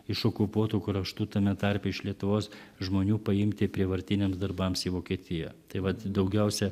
iš okupuotų kraštų tame tarpe iš lietuvos žmonių paimti prievartiniams darbams į vokietiją tai vat daugiausia